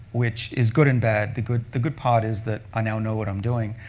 which is good and bad. the good the good part is that i now know what i'm doing.